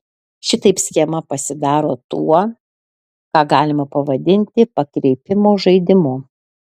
šitaip schema pasidaro tuo ką galima pavadinti pakreipimo žaidimu